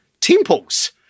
temples